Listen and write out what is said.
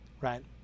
right